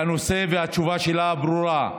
שהתשובה שלה ברורה,